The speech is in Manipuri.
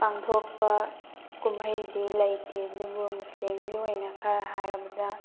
ꯄꯥꯡꯊꯣꯛꯄ ꯀꯨꯝꯍꯩꯗꯤ ꯂꯩꯇꯦ ꯑꯗꯨꯕꯨ ꯃꯨꯁꯂꯤꯝꯒꯤ ꯑꯣꯏꯅ ꯈꯔ ꯍꯥꯏꯔꯕꯗ